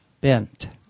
bent